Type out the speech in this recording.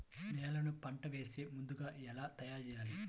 నేలను పంట వేసే ముందుగా ఎలా తయారుచేయాలి?